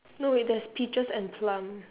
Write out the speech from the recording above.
no wait there's peaches and plum